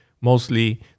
mostly